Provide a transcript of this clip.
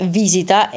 visita